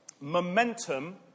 momentum